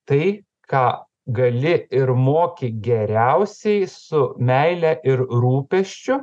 tai ką gali ir moki geriausiai su meile ir rūpesčiu